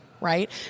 Right